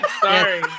Sorry